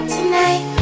Tonight